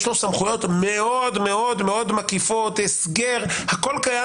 יש לו סמכויות מאוד מקיפות, הסגר, הכול קיים.